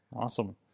Awesome